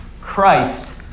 Christ